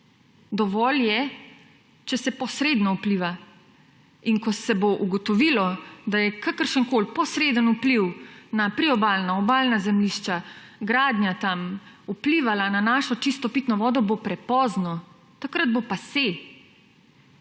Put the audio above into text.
Dovolj je, če se posredno vpliva in ko se bo ugotovilo, da je kakršenkoli posredni vpliv na priobalna, obalna zemljišča gradnja tam vplivala na našo čisto pitno vodo, bo prepozno. Takrat bo pasé!